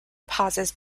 pauses